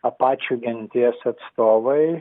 apačių genties atstovai